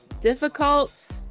difficult